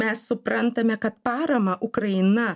mes suprantame kad paramą ukraina